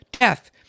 death